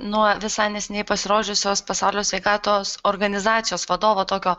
nuo visai neseniai pasirodžiusios pasaulio sveikatos organizacijos vadovo tokio